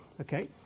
Okay